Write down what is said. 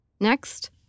Next